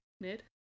mid